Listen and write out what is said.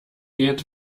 geht